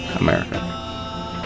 America